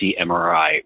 MRI